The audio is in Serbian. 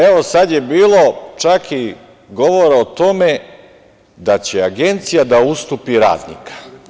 Evo sada je čak bilo govora o tome da će agencija da ustupi radnika.